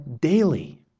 daily